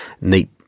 neat